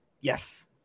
Yes